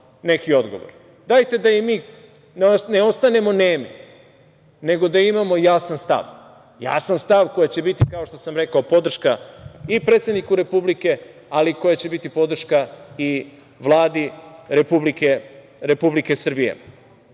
neki odgovor. Dajte da i mi ne ostanemo nemi, nego da imamo jasan stav. Jasan stav koji će biti, kao što sam rekao, podrška i predsedniku Republike, ali koji će biti podrška i Vladi Republike Srbije. Dakle,